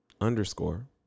underscore